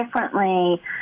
differently